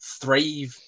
three